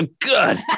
good